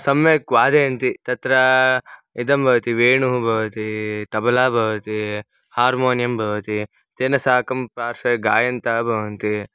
सम्यक् वादयन्ति तत्र इदं भवति वेणुः भवति तबला भवति हार्मोनियं भवति तेन साकं पार्श्वे गायन्तः भवन्ति